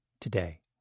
today